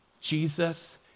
Jesus